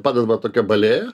padedama tokia balėja